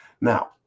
Now